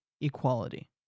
equality